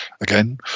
again